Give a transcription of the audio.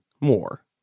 more